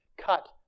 cut